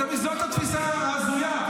זאת התפיסה ההזויה.